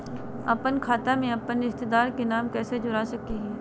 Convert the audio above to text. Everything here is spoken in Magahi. अपन खाता में अपन रिश्तेदार के नाम कैसे जोड़ा सकिए हई?